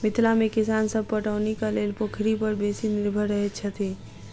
मिथिला मे किसान सभ पटौनीक लेल पोखरि पर बेसी निर्भर रहैत छथि